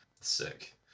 sick